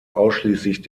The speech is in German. ausschließlich